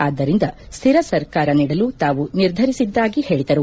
ಆದ್ದರಿಂದ ಸ್ನಿರ ಸರ್ಕಾರ ನೀಡಲು ತಾವು ನಿರ್ಧರಿಸಿದ್ದಾಗಿ ಹೇಳದರು